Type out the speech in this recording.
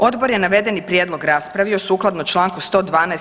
Odbor je navedeni prijedlog raspravio sukladno članku 112.